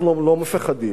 אנחנו לא מפחדים.